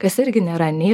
kas irgi nėra nei